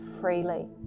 freely